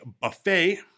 buffet